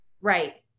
Right